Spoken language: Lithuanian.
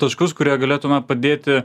taškus kurie galėtų na padėti